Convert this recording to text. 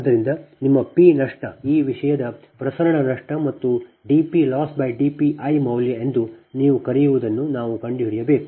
ಆದ್ದರಿಂದ ನಿಮ್ಮ Pಪಿ ನಷ್ಟ ಈ ಪ್ರಸರಣ ನಷ್ಟ ಮತ್ತು dPLossdPi DP loss DP I ಮೌಲ್ಯ ಎಂದು ನೀವು ಕರೆಯುವದನ್ನು ನೀವು ಕಂಡುಹಿಡಿಯಬೇಕು